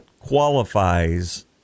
qualifies